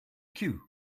cue